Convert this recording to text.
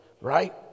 right